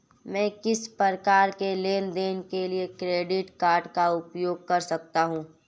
मैं किस प्रकार के लेनदेन के लिए क्रेडिट कार्ड का उपयोग कर सकता हूं?